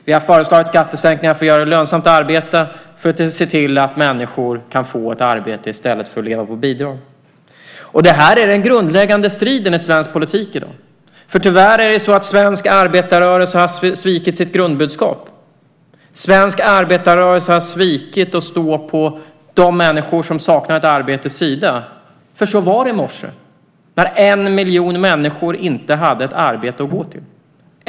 Vi har föreslagit skattesänkningar för att göra det lönsamt att arbeta och för att se till att människor kan få ett arbete i stället för att leva på bidrag. Det här är den grundläggande striden i svensk politik i dag. Det är tyvärr så att svensk arbetarrörelse har svikit sitt grundbudskap. Svensk arbetarrörelse har svikit de människor som saknar ett arbete och står inte på deras sida. Så var det i morse när en miljon människor inte hade ett arbete att gå till.